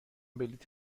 بلیط